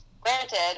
Granted